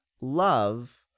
love